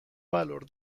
valor